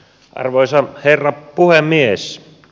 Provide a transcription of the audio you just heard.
arvoisa herra puhemies